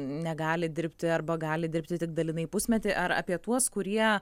negali dirbti arba gali dirbti tik dalinai pusmetį ar apie tuos kurie